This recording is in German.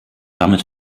damit